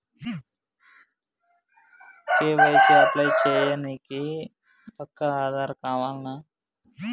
KYC apply చేయనీకి పక్కా ఆధార్ కావాల్నా?